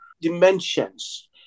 dimensions